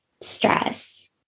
stress